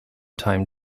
time